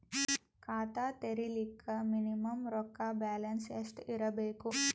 ಖಾತಾ ತೇರಿಲಿಕ ಮಿನಿಮಮ ರೊಕ್ಕ ಬ್ಯಾಲೆನ್ಸ್ ಎಷ್ಟ ಇರಬೇಕು?